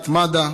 את מד"א,